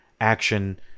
action